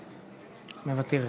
מוותרת.